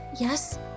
Yes